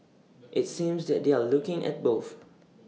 IT seems that they're looking at both